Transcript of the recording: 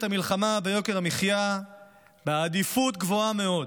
המלחמה ביוקר המחיה בעדיפות גבוהה מאוד.